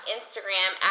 Instagram